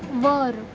वर